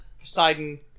Poseidon